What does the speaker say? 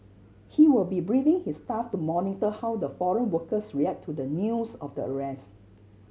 he will be briefing his staff to monitor how the foreign workers react to the news of the arrest